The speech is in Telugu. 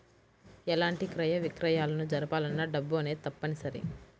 ఎలాంటి క్రయ విక్రయాలను జరపాలన్నా డబ్బు అనేది తప్పనిసరి